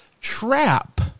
trap